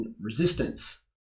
resistance